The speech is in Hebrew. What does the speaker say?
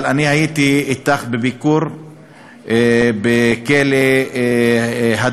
אבל אני הייתי אתך בביקור בכלא "הדרים",